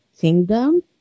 kingdom